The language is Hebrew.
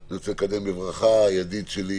אני מבינה שאדוני לא רוצה לכופף את ידה של הממשלה,